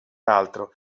altro